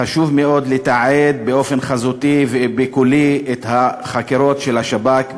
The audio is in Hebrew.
חשוב מאוד לתעד באופן חזותי וקולי את החקירות של השב"כ.